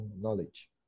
knowledge